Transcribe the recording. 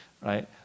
right